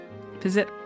Visit